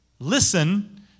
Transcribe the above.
Listen